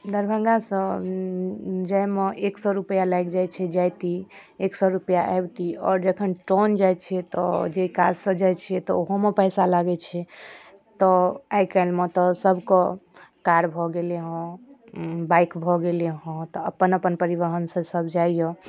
दरभङ्गासँ जाइमे एक सओ रुपैआ लागि जाइ छै जाइती एक सओ रुपैआ आबती आओर जखन टाउन जाइ छिए तऽ जाहि काजसँ जाइ छिए तऽ ओहूमे पइसा लागै छै तऽ आइकाल्हिमे तऽ सभके कार भऽ गेलै हँ बाइक भऽ गेलै हँ तऽ अपन अपन परिवहनसँ सभ जाइए